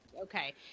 okay